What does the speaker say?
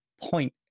point